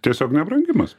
tiesiog nebrangimas